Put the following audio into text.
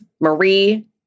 Marie